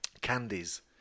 candies